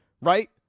right